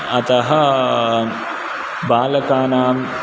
अतः बालकानां